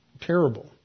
terrible